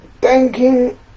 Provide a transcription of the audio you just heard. thanking